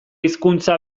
hizkuntza